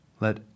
Let